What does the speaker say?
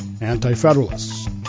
anti-federalists